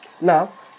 Now